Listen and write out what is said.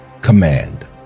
command